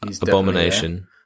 abomination